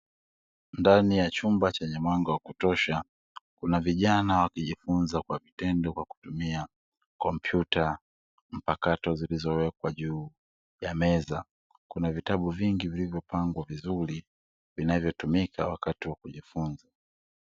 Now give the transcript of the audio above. Ndani ya chumba chenye mwanga wakutosha, kuna vijana wakijifunza kwa vitendo kwa kutumia kompyuta mpakato zilizowekwa juu ya meza. Kuna vitabu vingi vilivyopangwa vizuri vinavyotumika wakati wa kujifunza.